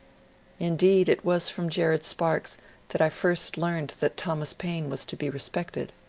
indeed, it was from jared sparks that i. first learned that thomas paine was to be respected.